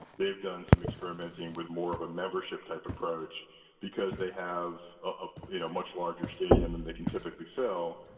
they've done some experimenting with more of a membership-type approach because they have ah you know a much larger stadium than they can typically fill.